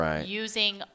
using